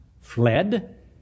fled